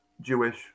Jewish